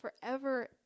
forever